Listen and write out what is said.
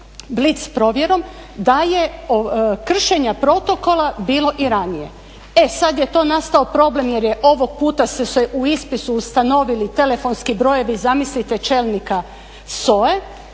blic provjerom da je kršenja protokola bilo i ranije. E sad je to nastao problem jer ovog puta su se u ispisu ustanovili telefonski brojevi zamislite čelnika